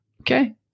okay